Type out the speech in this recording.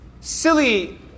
silly